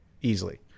easily